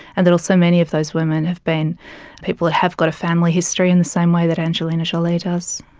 and that also many of those women have been people that have got a family history in the same way that angelina jolie does.